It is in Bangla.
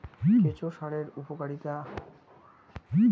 কেঁচো সারের উপকারিতা?